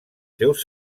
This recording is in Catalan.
seus